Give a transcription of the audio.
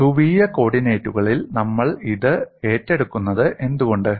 ധ്രുവീയ കോർഡിനേറ്റുകളിൽ നമ്മൾ ഇത് ഏറ്റെടുക്കുന്നത് എന്തുകൊണ്ട്